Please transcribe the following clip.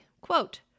quote